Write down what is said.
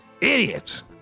Idiots